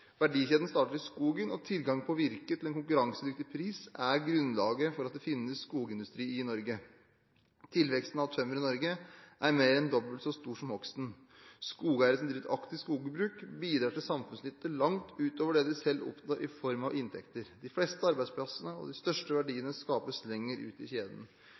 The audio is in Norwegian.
Verdikjeden starter i skogen, og tilgang på virke til en konkurransedyktig pris er grunnlaget for at det finnes skogindustri i Norge. Tilveksten av tømmer i Norge er mer enn dobbelt så stor som hogsten. Skogeiere som driver et aktivt skogbruk, bidrar til samfunnsnytte langt utover det de selv oppnår i form av inntekter. De fleste arbeidsplassene og de største verdiene skapes lengre ut i kjeden.